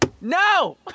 No